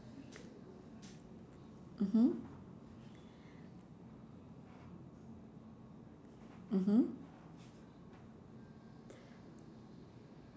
mmhmm mmhmm